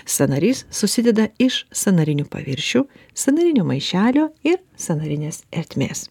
sąnarys susideda iš sąnarinių paviršių sąnarinio maišelio ir sąnarinės ertmės